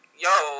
yo